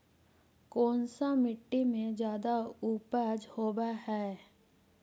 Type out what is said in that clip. कोन सा मिट्टी मे ज्यादा उपज होबहय?